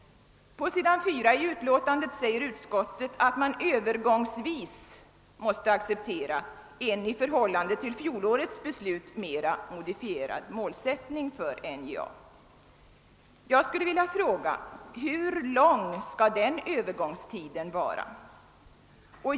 På s. 4-i utlåtandet anför utskottet att man övergångsvis måste acceptera en i förhållande till fjolårets beslut mera modifierad målsättning för NJA. Jag vill fråga: Hur lång skall denna övergångstid vara?